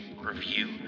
review